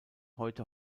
heute